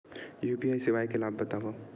UPI सेवाएं के लाभ बतावव?